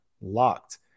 locked